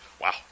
wow